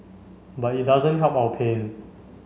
but it doesn't help our pain